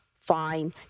Fine